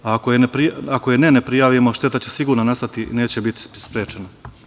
Ako je ne prijavimo, šteta će sigurno nastati, neće biti sprečena.